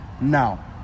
Now